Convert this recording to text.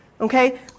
okay